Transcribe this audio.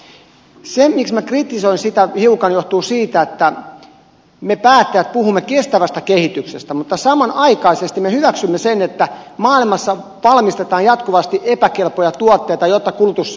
se miksi kritisoin sitä hiukan johtuu siitä että me päättäjät puhumme kestävästä kehityksestä mutta samanaikaisesti me hyväksymme sen että maailmassa valmistetaan jatkuvasti epäkelpoja tuotteita jotta kulutus saadaan kasvuun